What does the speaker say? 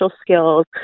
skills